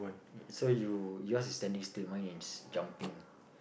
so you your's is standing still mine is jumping